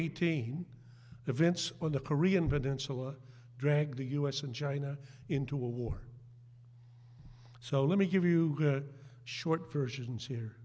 eighteen events on the korean peninsula drag the u s and china into a war so let me give you short versions here